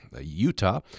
Utah